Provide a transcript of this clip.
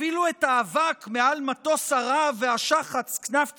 אפילו את האבק מעל מטוס הרהב והשחץ "כנף ציון"